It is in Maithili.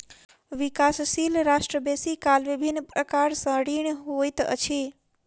विकासशील राष्ट्र बेसी काल विभिन्न प्रकार सँ ऋणी होइत अछि